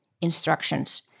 instructions